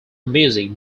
music